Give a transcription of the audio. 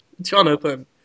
Jonathan